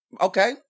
okay